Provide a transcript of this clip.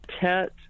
Tet